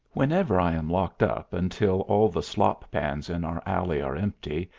whenever i am locked up until all the slop-pans in our alley are empty,